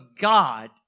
God